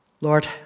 Lord